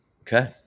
Okay